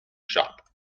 shop